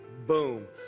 boom